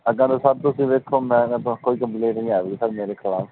ਅੱਗੇ ਤੋਂ ਸਰ ਤੁਸੀਂ ਵੇਖੋ ਮੇਰੇ ਤੋਂ ਕੋਈ ਕੰਪਲੇਂਟ ਨਹੀਂ ਆਵੇਗੀ ਸਰ ਮੇਰੇ ਖਿਲਾਫ਼